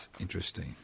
Interesting